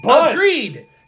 Agreed